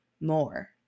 more